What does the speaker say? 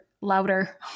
louder